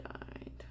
died